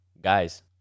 Guys